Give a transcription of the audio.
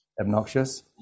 obnoxious